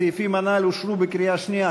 הסעיפים הללו אושרו בקריאה השנייה.